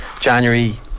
January